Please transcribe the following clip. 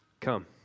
come